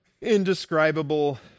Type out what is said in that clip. indescribable